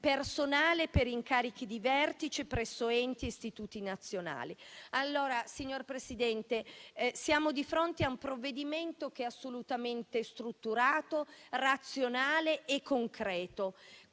personale per incarichi di vertice presso enti e istituti nazionali. Signor Presidente, siamo di fronte a un provvedimento che è assolutamente strutturato, razionale e concreto.